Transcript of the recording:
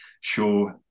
show